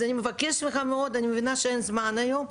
אז אני מבקשת ממך מאוד, אני מבינה שאין זמן היום.